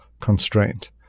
constraint